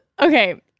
Okay